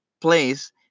place